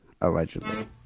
allegedly